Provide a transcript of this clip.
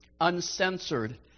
uncensored